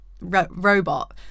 robot